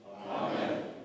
Amen